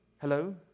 Hello